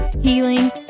healing